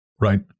Right